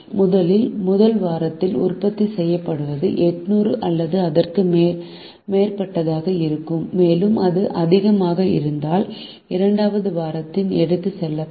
முதல் வாரத்தில் உற்பத்தி செய்யப்படுவது 800 அல்லது அதற்கு மேற்பட்டதாக இருக்கும் மேலும் அது அதிகமாக இருந்தால் இரண்டாவது வாரத்திற்கு எடுத்துச் செல்லப்படும்